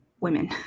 women